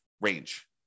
range